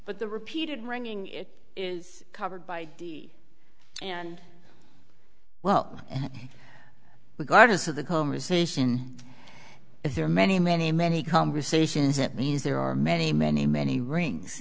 but the repeated ringing it is covered by d and well regardless of the conversation if there are many many many conversations it means there are many many many rings